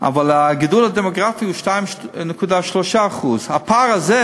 אבל הגידול הדמוגרפי הוא 2.3%, ועל הפער הזה